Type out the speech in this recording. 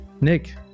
Nick